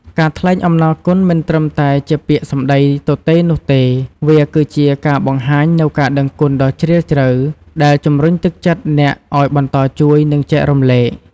ការថ្លែងអំណរគុណមិនត្រឹមតែជាពាក្យសម្ដីទទេនោះទេ វាគឺជាការបង្ហាញនូវការដឹងគុណដ៏ជ្រាលជ្រៅ ដែលជំរុញទឹកចិត្តអ្នកឱ្យបន្តជួយ និងចែករំលែក។